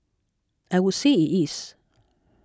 I would say it is